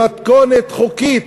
במתכונת חוקית,